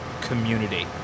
community